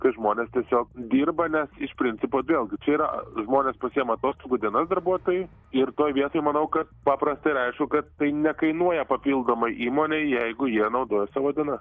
kai žmonės tiesiog dirba nes iš principo vėlgi čia yra žmonės pasiima atostogų dienas darbuotojai ir toj vietoj manau kad paprasta ir aišku kad tai nekainuoja papildomai įmonei jeigu jie naudoja savo dienas